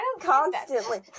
constantly